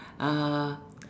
ah